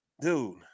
Dude